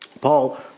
Paul